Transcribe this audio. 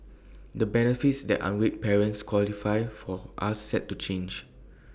the benefits that unwed parents qualify for are set to change